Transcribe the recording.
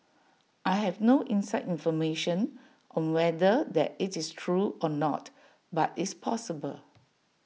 I have no inside information on whether that IT is true or not but it's possible